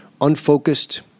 unfocused